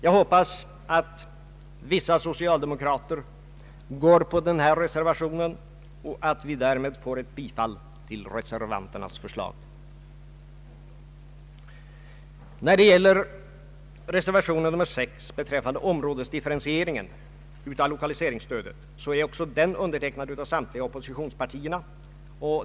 Jag hoppas att vissa socialdemokrater stöder den här reservationen och att vi därmed får ett bifall till reservanternas förslag. Även reservation 6 beträffande områdesdifferentieringen av lokaliseringsstödet är undertecknad av samtliga representanter för oppositionspartierna.